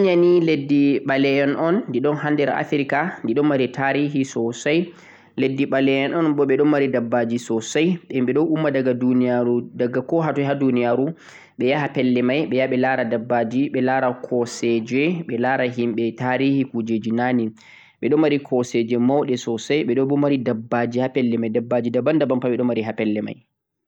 leddi kenya ni leddi ɓale en un di ɗon ha nder Africa di ɗon mari tarihi sosai, leddi ɓale en un bo ɓe ɗon mari dabbaji sosai, himɓe ɗon umma faga duniyaru, daga ko ha toi ha duniyaru ɓe yaha pelle mai, ɓe yaha ɓe la'ra dabbaji, ɓe la'ra kose'je, ɓe la'ra himɓe tarihi kujeji na'ne, ɓe ɗon mari ko'seje mauɗe sosai sosai ɓe ɗon bo mari dabbaje ha pelle mai dabbaji daban daban pat ɓe ɗon mari ha pelle mai.